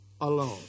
alone